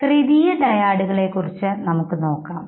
ത്രിതീയ ഡയാഡുകളെക്കുറിച്ച് നമുക്ക് നോക്കാം